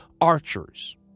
archers